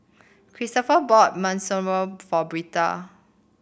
Christoper bought Monsunabe for Britta